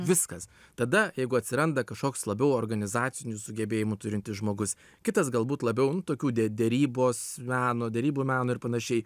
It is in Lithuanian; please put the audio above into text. viskas tada jeigu atsiranda kažkoks labiau organizacinių sugebėjimų turintis žmogus kitas galbūt labiau nu tokių de derybos meno derybų meno ir panašiai